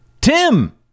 Tim